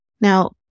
Now